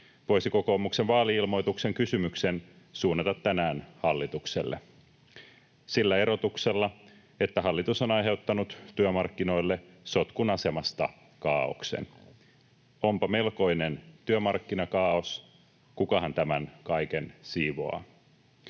voisi kokoomuksen vaali-ilmoituksen kysymyksen suunnata tänään hallitukselle — sillä erotuksella, että hallitus on aiheuttanut työmarkkinoille sotkun asemasta kaaoksen: Onpa melkoinen työmarkkinakaaos. Kukahan tämän kaiken siivoaa?